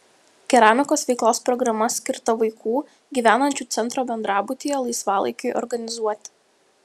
keramikos veiklos programa skirta vaikų gyvenančių centro bendrabutyje laisvalaikiui organizuoti